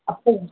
அப்போ